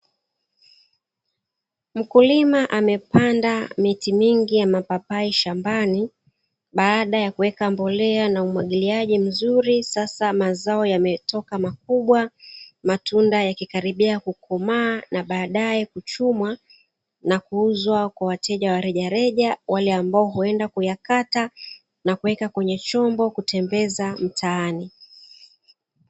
Mkulima amepanda miti mingi ya mapapai shambani baada ya kuweka mbolea na umwagiliaji mzuri sasa mazao yametoka makubwa, matunda yalikaribia kukomaa na badae kuchumwa na kuuzwa kwa wateja wa rejareja wale ambao huenda kuyakata na kuweka kwenye chombo kwenda kutembeza mtaani.